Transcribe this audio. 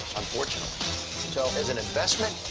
unfortunately. so as an investment,